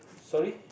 sorry